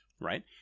Right